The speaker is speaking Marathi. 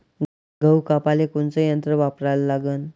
गहू कापाले कोनचं यंत्र वापराले लागन?